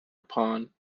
upon